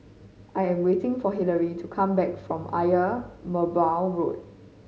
I am waiting for Hilary to come back from Ayer Merbau Road